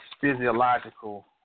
physiological